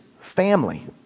family